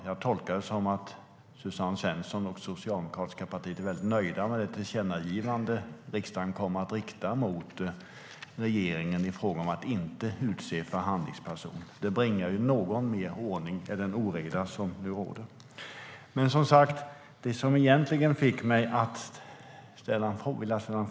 Jag tolkar det som att Suzanne Svensson och det socialdemokratiska partiet är nöjda med det tillkännagivande som riksdagen kommer att rikta mot regeringen i fråga om att inte utse en förhandlingsperson. Det bringar någon mer ordning i den oreda som råder. Suzanne Svensson!